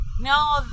no